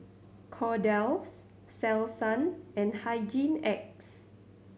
Kordel's Selsun and Hygin X